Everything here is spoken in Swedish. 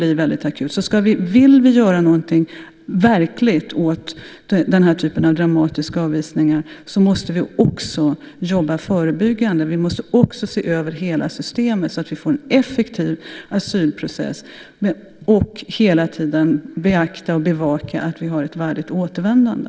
Om vi vill göra någonting verkligt åt den typen av dramatiska avvisningar måste vi också jobba förebyggande. Vi måste också se över hela systemet, så att vi får en effektiv asylprocess, och vi måste hela tiden bevaka att det blir ett värdigt återvändande.